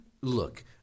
Look